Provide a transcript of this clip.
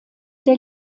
der